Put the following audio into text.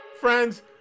friends